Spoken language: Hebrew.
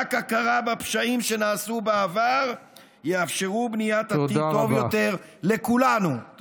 רק הכרה בפשעים שנעשו בעבר תאפשר בניית עתיד טוב יותר לכולנו.